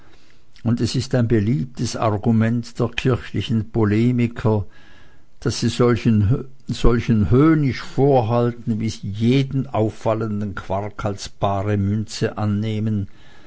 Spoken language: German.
und es ist ein beliebtes argument der kirchlichen polemiker daß sie solchen höhnisch vorhalten wie sie jeden auffallenden quark als bare münze annehmen